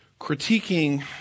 critiquing